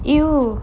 !eew!